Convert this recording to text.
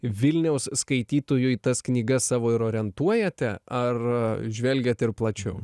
vilniaus skaitytojui tas knygas savo ir orientuojate ar žvelgiat ir plačiau